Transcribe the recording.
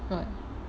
what